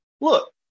look